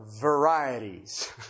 varieties